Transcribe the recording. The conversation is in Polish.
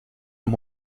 ich